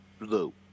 blue